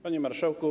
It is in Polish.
Panie Marszałku!